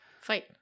Fight